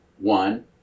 one